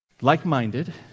Like-minded